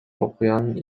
окуяны